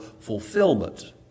fulfillment